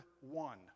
one